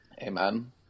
Amen